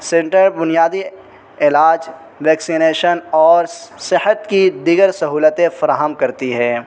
centre بنیادی علاج vaccination اور صحت کی دیگر سہولتیں فراہم کرتی ہے